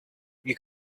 you